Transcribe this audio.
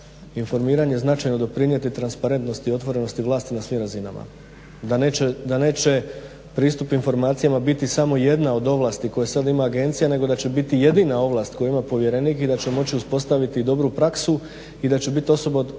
informiranje značajno doprinijeti transparentnosti i otvorenosti vlasti na svim razinama, da neće pristup informacija biti samo jedna od ovlasti koje sada ima agencija nego da će biti jedina ovlast koju ima povjerenik i da će moći uspostaviti dobru praksu i da će biti osoba od